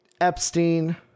Epstein